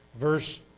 verse